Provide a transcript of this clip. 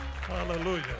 Hallelujah